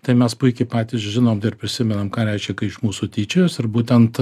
tai mes puikiai patys žinom ir prisimenam ką reiškia kai iš mūsų tyčiojas ir būtent